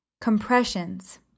compressions